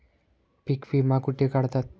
पीक विमा कुठे काढतात?